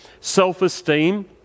self-esteem